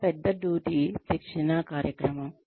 చాలా పెద్ద డ్యూటీ శిక్షణా కార్యక్రమం